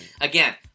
again